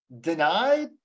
denied